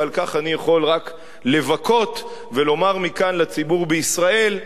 ועל כך אני יכול רק לבכות ולומר מכאן לציבור בישראל: